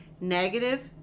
negative